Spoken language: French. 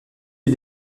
les